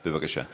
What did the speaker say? בבקשה.